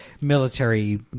military